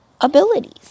abilities